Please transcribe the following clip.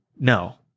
no